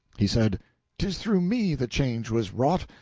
he said tis through me the change was wrought!